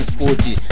Sporty